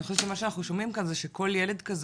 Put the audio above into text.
אני חושבת שמה שאנחנו שומעים כאן זה שכל ילד כזה